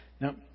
Now